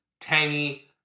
tangy